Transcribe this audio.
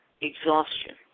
exhaustion